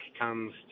comes